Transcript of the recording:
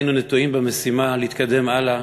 היינו נטועים במשימה להתקדם הלאה,